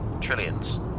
Trillions